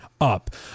Up